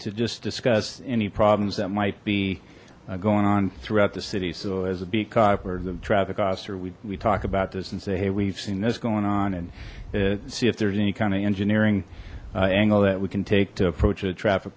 to just discuss any problems that might be going on throughout the city so as a beat cop or the traffic oscar we talk about this and say hey we've seen this going on and see if there's any kind of engineering angle that we can take to approach a traffic